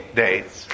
dates